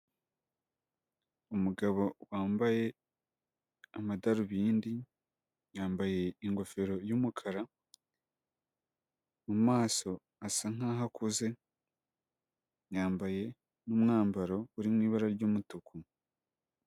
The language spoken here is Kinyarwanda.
Umugabo wambaye amadarubindi yambaye ingofero y'umukara mu maso asa nkaho akuze yambaye n'umwambaro uri mu ibara ry'umutuku.